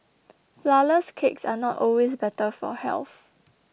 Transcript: Flourless Cakes are not always better for health